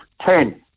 ten